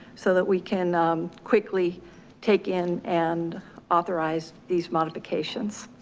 so that we can quickly take in and authorize these modifications.